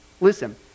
Listen